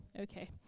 okay